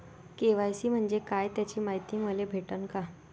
KYC म्हंजे काय त्याची मायती मले भेटन का?